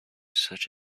such